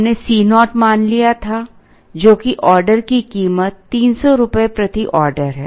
हमने C naught मान लिया था जो कि ऑर्डर की कीमत 300 रुपये प्रति ऑर्डर है